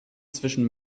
zwischen